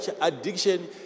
addiction